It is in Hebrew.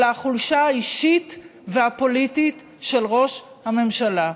אלא החולשה האישית והפוליטית של ראש הממשלה.